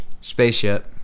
spaceship